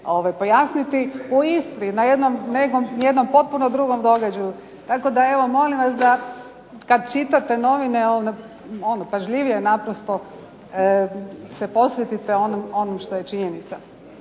pojasniti. U Istri na jednom potpuno drugom događaju, tako da evo molim vas da kad čitate novine onda pažljivije naprosto se podsjetite onim što je činjenica.